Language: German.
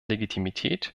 legitimität